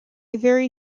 very